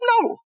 No